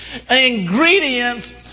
ingredients